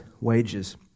wages